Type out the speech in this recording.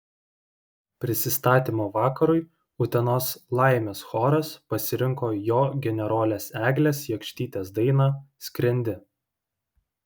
prisistatymo vakarui utenos laimės choras pasirinko jo generolės eglės jakštytės dainą skrendi